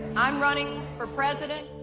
i'm running for president,